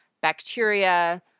bacteria